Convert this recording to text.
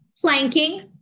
planking